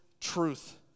truth